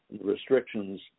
restrictions